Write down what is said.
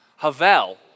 Havel